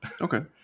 Okay